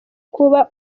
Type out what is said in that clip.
kuba